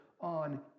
on